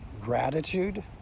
gratitude